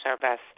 service